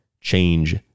change